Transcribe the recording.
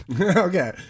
Okay